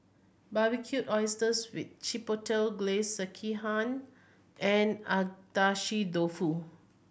Barbecued Oysters with Chipotle Glaze Sekihan and Agedashi Dofu